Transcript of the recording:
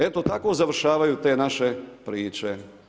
Eto tako završavaju te naše priče.